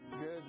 Good